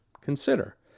consider